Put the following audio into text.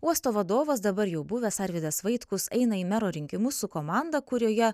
uosto vadovas dabar jau buvęs arvydas vaitkus eina į mero rinkimus su komanda kurioje